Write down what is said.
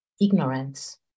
ignorance